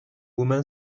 woman